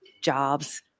jobs